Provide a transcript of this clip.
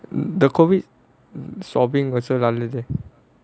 the COVID வெச்சது நல்லது:vechathu nallathu